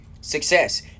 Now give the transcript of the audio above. success